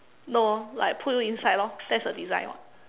no like put you inside lor that's a design [what]